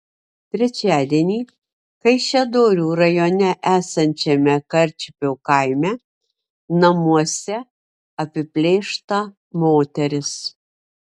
trečiadienį kaišiadorių rajone esančiame karčiupio kaime namuose apiplėšta moteris